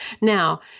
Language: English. Now